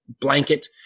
blanket